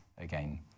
again